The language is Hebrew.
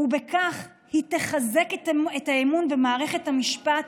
ובכך היא תחזק את האמון במערכת המשפט,